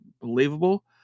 believable